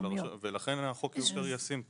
לכן החוק יותר ישים פה.